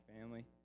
family